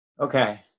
Okay